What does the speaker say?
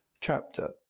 chapter